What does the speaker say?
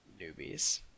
newbies